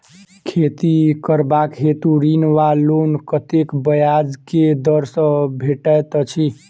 खेती करबाक हेतु ऋण वा लोन कतेक ब्याज केँ दर सँ भेटैत अछि?